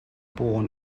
born